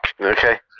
Okay